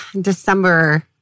December